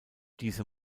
diese